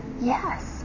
yes